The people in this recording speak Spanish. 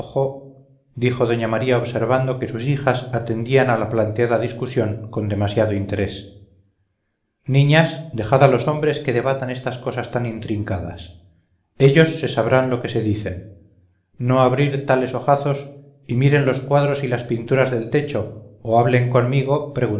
dijo doña maría observando que sus hijas atendían a la planteada discusión con demasiado interés niñas dejad a los hombres que debatan estas cosas tan intrincadas ellos se sabrán lo que se dicen no abrir tales ojazos y miren los cuadros y las pinturas del techo o hablen conmigo